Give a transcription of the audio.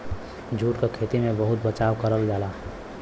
jute क खेती में बहुत बचाव करल जाला